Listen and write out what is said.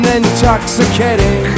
intoxicating